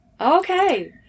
Okay